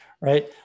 right